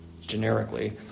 generically